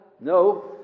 No